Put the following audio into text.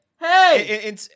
Hey